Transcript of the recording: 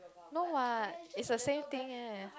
no what it's the same thing eh